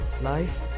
Life